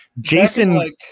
Jason